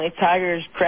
Tiger's